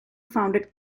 founded